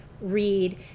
read